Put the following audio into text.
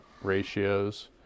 ratios